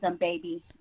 baby